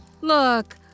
look